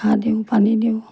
ঘাঁহ দিওঁ পানী দিওঁ